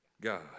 God